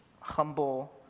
humble